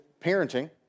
parenting